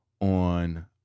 on